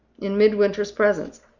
in midwinter's presence,